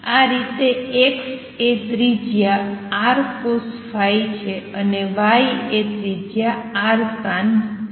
આ રીતે x એ ત્રિજ્યા છે અને y એ ત્રિજ્યા છે